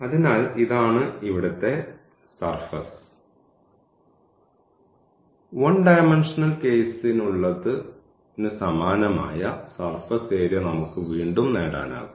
അതിനാൽ ഇതാണ് ഇവിടത്തെ സർഫസ് 1 ഡൈമൻഷണൽ കേസിനുള്ളതിന് സമാനമായ സർഫസ് ഏരിയ നമുക്ക് വീണ്ടും നേടാനാകും